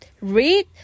read